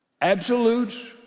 absolutes